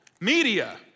media